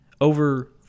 over